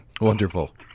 Wonderful